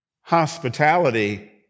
Hospitality